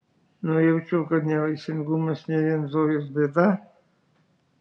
nujaučiau kad nevaisingumas ne vien zojos bėda